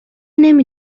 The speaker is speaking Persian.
نمی